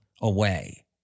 away